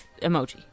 emoji